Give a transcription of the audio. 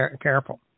careful